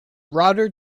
router